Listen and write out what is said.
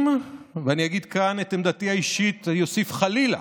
אם, ואני אגיד כאן את עמדתי האישית ואוסיף "חלילה"